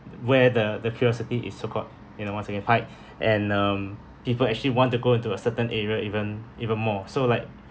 where the the curiosity is so-called you know once again pique and um people actually want to go into a certain area even even more so like